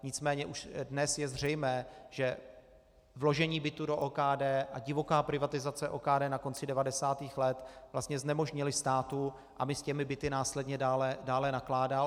Nicméně už dnes je zřejmé, že vložení bytů do OKD a divoká privatizace OKD na konci 90. let vlastně znemožnily státu, aby s těmi byty následně dále nakládal.